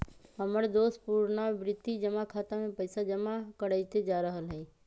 हमर दोस पुरनावृति जमा खता में पइसा जमा करइते जा रहल हइ